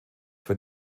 für